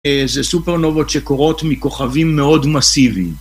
זה סופרנובות שקורות מכוכבים מאוד מסיביים.